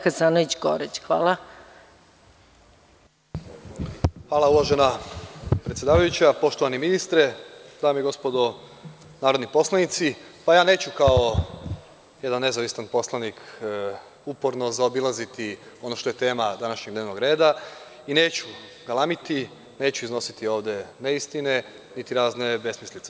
Hvala, uvažena predsedavajuća, poštovani ministre, dame i gospodo narodni poslanici, ja neću kao jedan nezavistan poslanik uporno zaobilaziti ono što je tema današnjeg dnevnog reda, neću galamiti, neću iznositi neistine, niti razne besmislice.